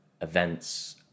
events